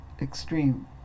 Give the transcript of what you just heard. extreme